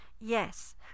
Yes